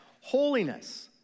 holiness